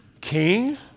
king